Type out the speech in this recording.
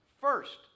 first